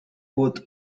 both